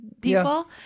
people